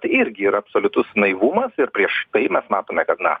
tai irgi yra absoliutus naivumas ir prieš tai mes matome kad na